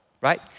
right